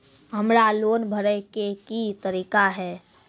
हमरा लोन भरे के की तरीका है?